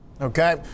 Okay